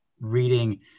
reading